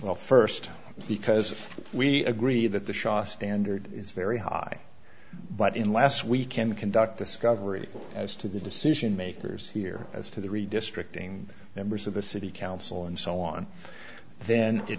here first because we agree that the shah standard is very high but in last we can conduct discovery as to the decision makers here as to the redistricting members of the city council and so on then it